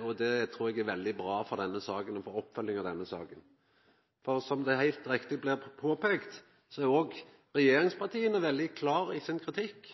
og det trur eg er veldig bra for oppfølginga av denne saka. Som det heilt rett er påpeikt, er òg regjeringspartia veldig klare i sin kritikk